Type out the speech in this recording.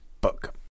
book